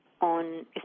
on